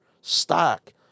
stock